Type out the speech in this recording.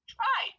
Try